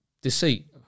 deceit